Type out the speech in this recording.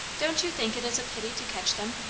don't you think it is a pity to catch them?